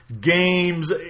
games